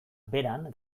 beran